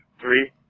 Three